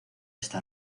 esta